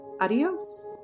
Adios